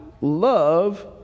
love